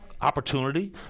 opportunity